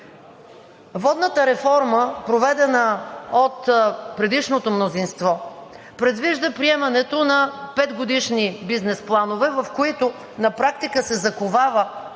Водната реформа, проведена от предишното мнозинство, предвижда приемането на петгодишни бизнес планове, в които на практика се заковава